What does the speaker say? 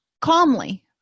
Calmly